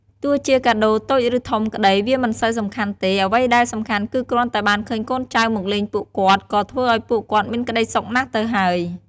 ទោះជាកាដូរតូចឬធំក្តីវាមិនសូវសំខាន់ទេ អ្វីដែលសំខាន់គឺគ្រាន់តែបានឃើញកូនចៅមកលេងពួកគាត់ ក៏ធ្វើឲ្យពួកគាត់មានក្តីសុខណាស់ទៅហើយ។